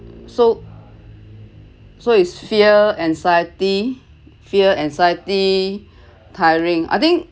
so so it's fear anxiety fear anxiety tiring I think